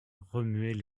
remuaient